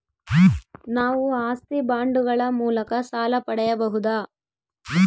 ನಾವು ಆಸ್ತಿ ಬಾಂಡುಗಳ ಮೂಲಕ ಸಾಲ ಪಡೆಯಬಹುದಾ?